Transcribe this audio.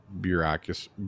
bureaucracy